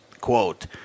Quote